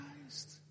Christ